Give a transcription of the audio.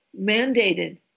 mandated